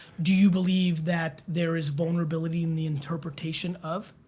do you believe that there is vulnerability in the interpretation of?